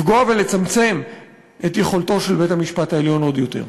לפגוע ולצמצם את יכולתו של בית-המשפט העליון עוד יותר.